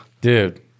dude